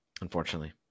Unfortunately